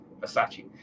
Versace